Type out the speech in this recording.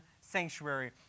sanctuary